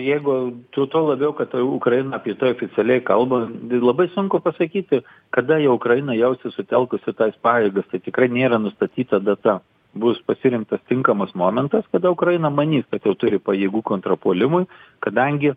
jeigu tu tuo labiau kad ukraina apie tai oficialiai kalba labai sunku pasakyti kada jau ukraina jausis sutelkusi pajėgas tai tikrai nėra nustatyta data bus pasirinktas tinkamas momentas kada ukraina manys kad jau turi pajėgų kontrapuolimui kadangi